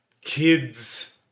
kids-